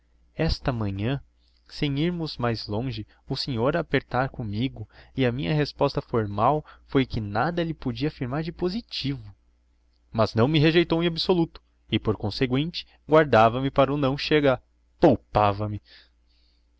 esta manhã sem irmos mais longe o senhor a apertar commigo e a minha resposta formal foi que nada lhe podia afirmar de positivo mas não me rejeitou em absoluto e por conseguinte guardava me para o não chega poupava me contrahiu se o